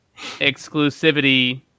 exclusivity